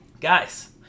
guys